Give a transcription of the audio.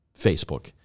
Facebook